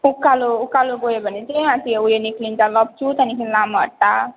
उकालो उकालो गयो भने चाहिँ त्यहाँ उयो निस्किन्छ लप्चू त्यहाँदेखि लामाहट्टा